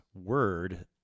word